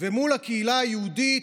ומול הקהילה היהודית,